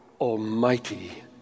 almighty